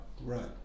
Right